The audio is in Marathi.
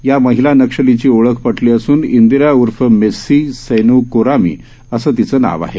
या महिला नक्षलीची ओळख पटली असून इंदिरा उर्फ मेस्सी सैनू कोरामी असं तिचं नाव आहे